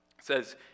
says